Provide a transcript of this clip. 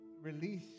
release